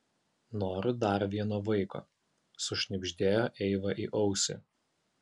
noriu dar vieno vaiko sušnibždėjo eiva į ausį